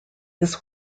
this